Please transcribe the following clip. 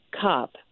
cup